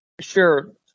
Sure